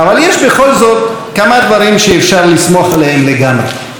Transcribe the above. אבל יש בכל זאת כמה דברים שאפשר לסמוך עליהם לגמרי.